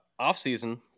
offseason